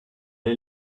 est